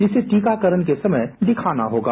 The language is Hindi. जिसे टीकाकरण के समय दिखाना होगा